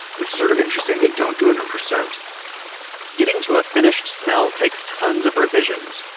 which is sort of interesting, they don't do it in percent getting to a finished smell takes tons of revisions.